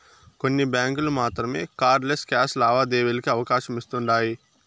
కొన్ని బ్యాంకులు మాత్రమే కార్డ్ లెస్ క్యాష్ లావాదేవీలకి అవకాశమిస్తుండాయ్